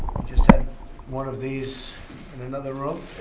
just had one of these in another room.